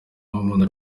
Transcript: umuntu